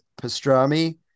pastrami